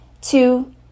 Two